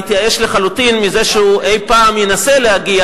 התייאש לחלוטין מזה שהוא אי-פעם ינסה להגיע